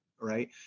right